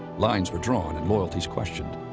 lines were drawn and loyalties questioned.